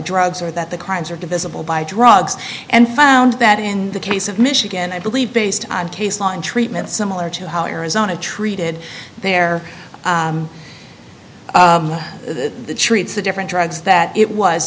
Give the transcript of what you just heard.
drugs or that the crimes are divisible by drugs and found that in the case of michigan i believe based on case law and treatment similar to how arizona treated their the treats the different drugs that it was